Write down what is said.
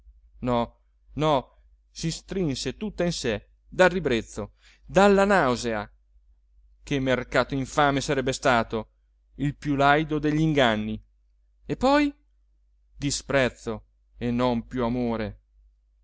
no no si strinse tutta in sé dal ribrezzo dalla nausea che mercato infame sarebbe stato il più laido degli inganni e poi disprezzo e non più amore